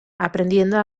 aprendiendo